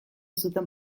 zuten